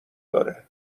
داره